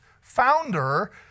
founder